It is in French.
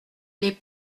les